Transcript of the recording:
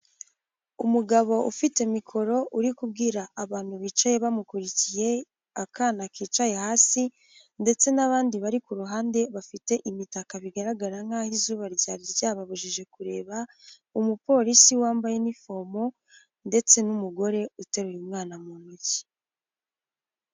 Umugabo ufite mikoro uri kubwira abantu bicaye bamukurikiye, akana kicaye hasi ndetse n'abandi bari ku ruhande bafite imitaka bigaragara nkaho izuba ryari ryababujije kureba, umupolisi wambaye inifomo ndetse n'umugore uteruye umwana mu ntoki.